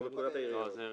אנחנו בפקודת העיריות.